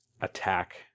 attack